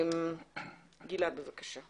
גלעד, בבקשה.